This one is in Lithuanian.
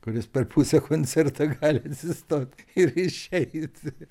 kuris per pusę koncerto gali atsistot ir išeit